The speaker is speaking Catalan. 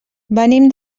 venim